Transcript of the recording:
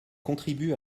contribuent